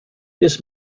this